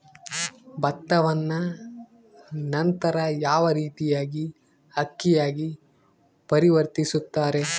ಭತ್ತವನ್ನ ನಂತರ ಯಾವ ರೇತಿಯಾಗಿ ಅಕ್ಕಿಯಾಗಿ ಪರಿವರ್ತಿಸುತ್ತಾರೆ?